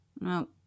No